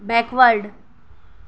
back word